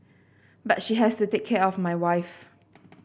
but she has to take care of my wife